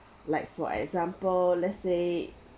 like for example let's say